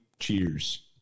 Cheers